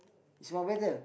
is for weather